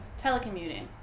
telecommuting